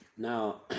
Now